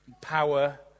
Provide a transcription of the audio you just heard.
power